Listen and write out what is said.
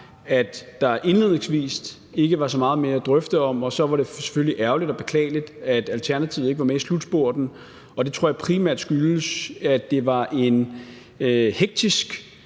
at der indledningsvis ikke var så meget mere at drøfte. Så var det selvfølgelig ærgerligt og beklageligt, at Alternativet ikke var med i slutspurten, og det tror jeg primært skyldes, at det var en hektisk,